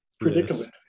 predicament